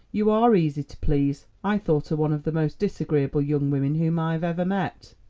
you are easy to please. i thought her one of the most disagreeable young women whom i ever met.